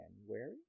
January